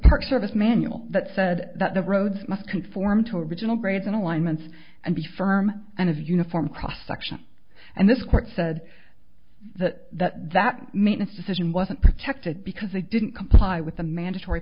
park service manual that said that the roads must conform to original grades and alignments and be firm and of uniform cross section and this court said that that that maintenance decision wasn't protected because they didn't comply with the mandatory